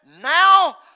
Now